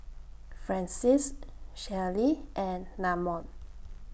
Francies Shelli and Namon